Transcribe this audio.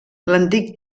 l’antic